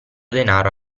denaro